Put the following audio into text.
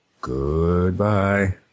goodbye